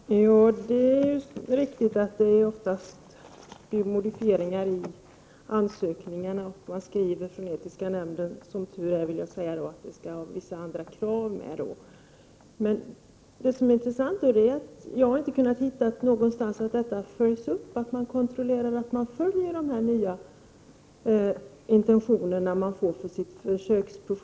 Herr talman! Det är riktigt att det ofta blir modifieringar i ansökningarna och att man från etiska nämnderna skriver — som tur är — att vissa krav måste vara uppfyllda. Det intressanta är dock att jag inte har kunnat finna något belägg för att man kontrollerar att de sökande följer upp de nya intentioner de har fått för sitt försöksprojekt.